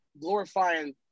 glorifying